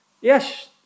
Yes